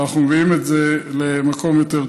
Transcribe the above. ואנחנו מביאים את זה למקום יותר טוב.